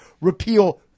repeal